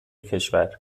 کشور